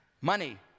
Money